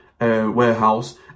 warehouse